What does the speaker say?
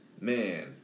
man